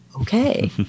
Okay